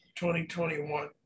2021